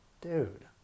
Dude